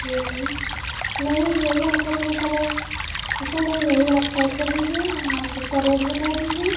देख रहे नहीं यही हमको पिन्क कलर पसन्द है यही आप पैक कर दीजिएगा आप इसका रेट बता दीजिए